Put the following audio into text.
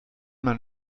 man